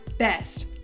best